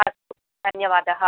अस्तु धन्यवादः